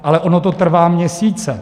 Ale ono to trvá měsíce.